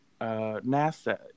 NASA